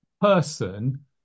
person